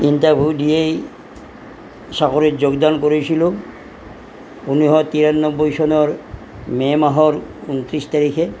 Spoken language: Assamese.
ইণ্টাৰভিউ দিয়েই চাকৰিত যোগদান কৰিছিলো ঊনৈছ শ তিৰান্নবৈ চনৰ মে' মাহৰ ঊনত্ৰিছ তাৰিখে